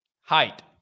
height